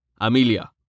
Amelia